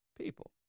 people